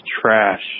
trash